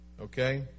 Okay